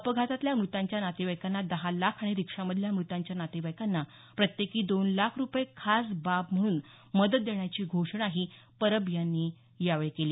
अपघातातल्या मृतांच्या नातेवाईकांना दहा लाख आणि रिक्षामधल्या मृतांच्या नातेवाईकांना प्रत्येकी दोन लाख रुपये खास बाब म्हणून मदत देण्याची घोषणाही परब यांनी यावेळी केली